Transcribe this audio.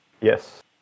Yes